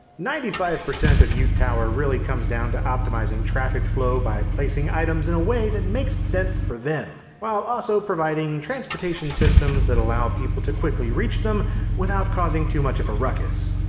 ninety five percent of yoot tower really comes down to optimizing traffic flow by placing items in a way that make sense for them, while also providing transportation systems that allow people to quickly reach them without causing too much of a ruckus.